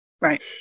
Right